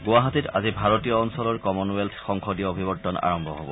গুৱাহাটীত আজি ভাৰতীয় অঞ্চলৰ কমনৱেল্থ সংসদীয় অভিৱৰ্তন আৰম্ভ হ'ব